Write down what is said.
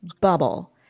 bubble